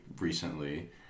recently